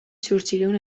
zortziehun